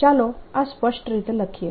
ચાલો આ સ્પષ્ટ રીતે લખીએ